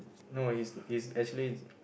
no is is actually